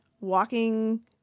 walking